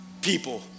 people